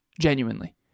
Genuinely